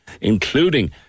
including